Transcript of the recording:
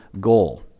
goal